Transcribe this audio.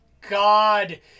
God